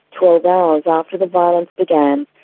twelve hours after the violence began.